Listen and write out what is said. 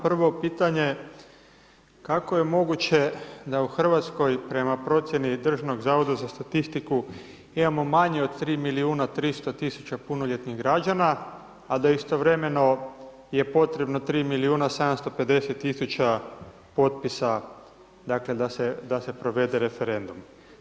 Prvo pitanje kako je moguće da u Hrvatskoj prema procjeni Državnog zavoda za statistiku imamo manje od 3 milijuna 300 tisuća punoljetnih građana a da istovremeno je potrebno 3 milijuna 750 tisuća potpisa dakle da se provede referendum.